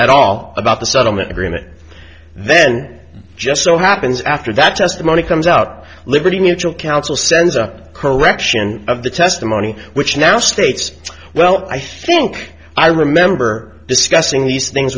at all about the settlement agreement then just so happens after that testimony comes out liberty mutual counsel sends a correction of the testimony which now states well i think i remember discussing th